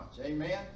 Amen